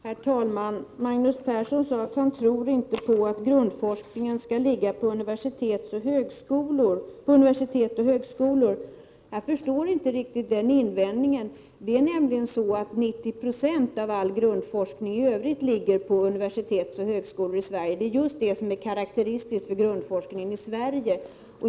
Herr talman! Magnus Persson sade att han inte tror på att grundforskningen skall ligga på universitet och högskolor. Jag förstår inte riktigt den invändningen. 90 70 av all grundforskning i övrigt ligger nämligen på universitet och högskolor. Det är karakteristiskt för grundforskningen just i Sverige.